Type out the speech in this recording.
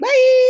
Bye